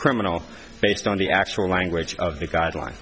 criminal based on the actual language of the guideline